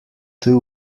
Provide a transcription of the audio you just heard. two